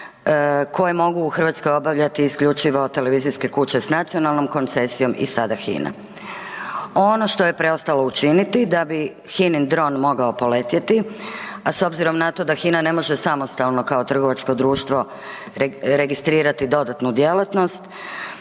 koje mogu u Hrvatskoj obavljati isključivo televizijske kuće s nacionalnom koncesijom i sada HINA. Ono što je preostalo učiniti da bi HINA-in dron mogao poletjeti, a s obzirom na to da HINA ne može samostalno kao trgovačko društvo registrirati dodatnu djelatnost,